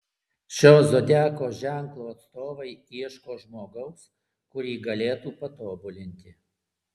šio zodiako ženklo atstovai ieško žmogaus kurį galėtų patobulinti